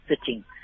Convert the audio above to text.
sitting